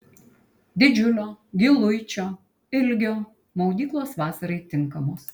didžiulio giluičio ilgio maudyklos vasarai tinkamos